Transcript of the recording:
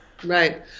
Right